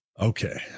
Okay